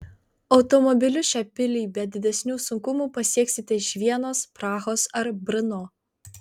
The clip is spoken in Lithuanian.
automobiliu šią pilį be didesnių sunkumų pasieksite iš vienos prahos ar brno